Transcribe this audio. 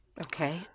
Okay